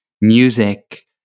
music